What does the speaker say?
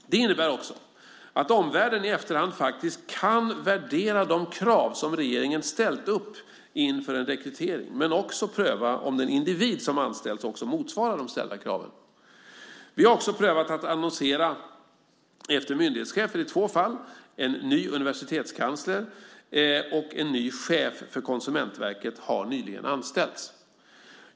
Det innebär också att omvärlden i efterhand faktiskt kan värdera de krav som regeringen ställt upp inför en rekrytering, men också pröva om den individ som anställts motsvarar de ställda kraven. Vi har också prövat att annonsera efter myndighetschefer i två fall. En ny universitetskansler och en ny chef för Konsumentverket har nyligen anställts.